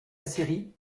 série